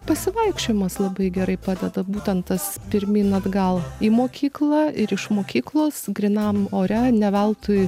pasivaikščiojimas labai gerai padeda būtent tas pirmyn atgal į mokyklą ir iš mokyklos grynam ore ne veltui